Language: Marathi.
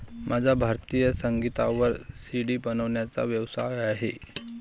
माझा भारतीय संगीतावर सी.डी बनवण्याचा व्यवसाय आहे